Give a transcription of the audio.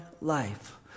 life